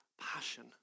passion